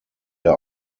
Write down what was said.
der